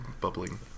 bubbling